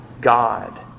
God